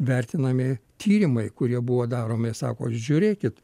vertinami tyrimai kurie buvo daromi sako žiūrėkit